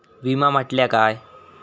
विमा म्हटल्या काय?